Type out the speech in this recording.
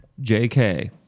JK